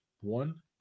one